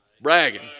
bragging